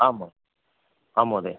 आम् आम् म महोदया